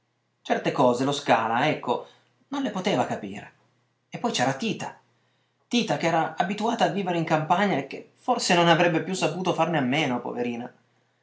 certe cose lo scala ecco non le poteva capire e poi c'era tita tita ch'era abituata a vivere in campagna e che forse non avrebbe più saputo farne a meno poverina